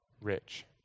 rich